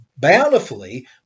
bountifully